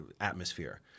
atmosphere